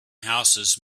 houses